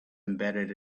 embedded